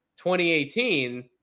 2018